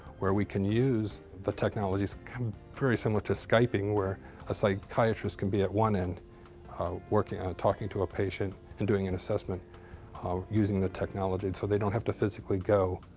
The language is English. where we can use the technologies very similar to skyping, where a psychiatrist can be at one end working, talking to a patient and doing an assessment using the technology, so they don't have to physically go